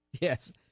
Yes